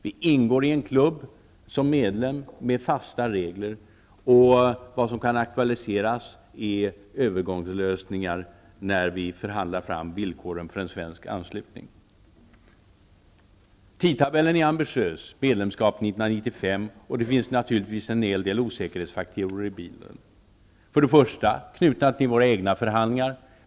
Vi ingår i en klubb som medlem med fasta regler, och vad som kan aktualiseras är övergångslösningar när vi förhandlar fram villkoren för en svensk anslutning. Tidtabellen är ambitiös -- medlemskap 1995 -- och det finns naturligtvis en hel del osäkerhetsfaktorer i bilden. För det första är dessa osäkerhetsfaktorer knutna till våra egna förhandlingar.